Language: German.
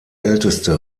älteste